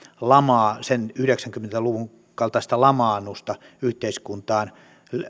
lamaa sen yhdeksänkymmentä luvun kaltaista lamaannusta yhteiskuntaan